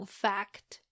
fact